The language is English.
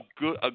good